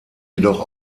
jedoch